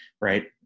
right